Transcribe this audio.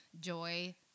Joy